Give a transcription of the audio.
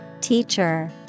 Teacher